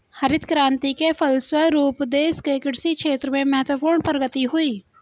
हरित क्रान्ति के फलस्व रूप देश के कृषि क्षेत्र में महत्वपूर्ण प्रगति हुई